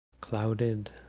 clouded